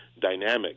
dynamic